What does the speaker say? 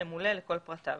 ממולא לכל פרטיו."